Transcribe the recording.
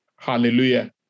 Hallelujah